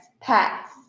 pets